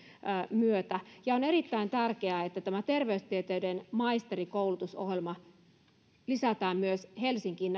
myötä on erittäin tärkeää että terveystieteiden maisterikoulutusohjelman aloituspaikkoja lisätään myös helsinkiin